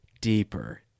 deeper